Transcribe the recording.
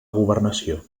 governació